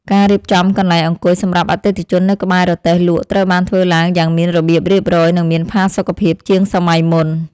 ការរៀបចំកន្លែងអង្គុយសម្រាប់អតិថិជននៅក្បែររទេះលក់ត្រូវបានធ្វើឡើងយ៉ាងមានរបៀបរៀបរយនិងមានផាសុកភាពជាងសម័យមុន។